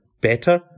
better